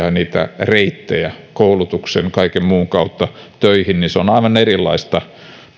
ja reittejä koulutuksen ja kaiken muun kautta töihin se olisi aivan erilaista